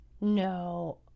no